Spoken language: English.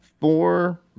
Four